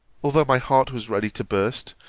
although my heart was ready to burst,